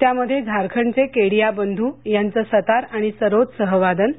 त्यामध्ये झारखंडचे केडिया बंधू यांचं सतार आणि सरोद सहवादन